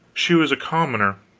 she was a commoner,